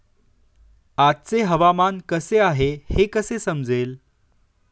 आजचे हवामान कसे आहे हे कसे समजेल?